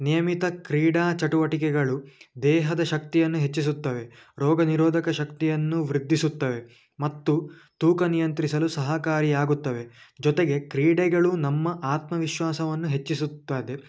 ನಿಯಮಿತ ಕ್ರೀಡಾ ಚಟುವಟಿಕೆಗಳು ದೇಹದ ಶಕ್ತಿಯನ್ನು ಹೆಚ್ಚಿಸುತ್ತವೆ ರೋಗ ನಿರೋಧಕ ಶಕ್ತಿಯನ್ನು ವೃದ್ದಿಸುತ್ತವೆ ಮತ್ತು ತೂಕ ನಿಯಂತ್ರಿಸಲು ಸಹಕಾರಿಯಾಗುತ್ತವೆ ಜೊತೆಗೆ ಕ್ರೀಡೆಗಳು ನಮ್ಮ ಆತ್ಮವಿಶ್ವಾಸವನ್ನು ಹೆಚ್ಚಿಸುತ್ತದೆ